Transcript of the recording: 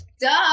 Duh